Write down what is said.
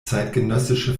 zeitgenössische